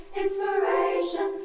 inspiration